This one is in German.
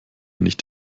nicht